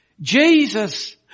Jesus